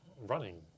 running